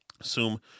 assume